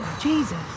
Jesus